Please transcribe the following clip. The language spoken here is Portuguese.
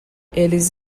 eles